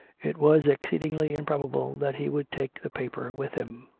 it was exceedingly improbable that he would take the paper with him.